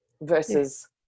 versus